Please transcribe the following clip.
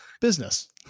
Business